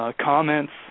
comments